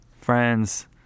friends